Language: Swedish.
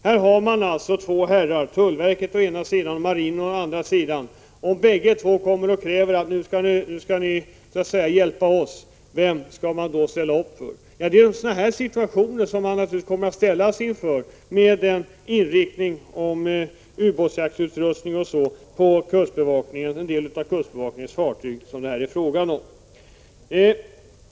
Man har då två herrar, tullverket å ena sidan och marinen å den andra, och bägge kräver att man skall arbeta för dem — vem skall man då ställa upp för? Sådana situationer kommer man naturligtvis att ställas inför med ubåtsjaktsutrustning och liknande på en del av kustbevakningens fartyg.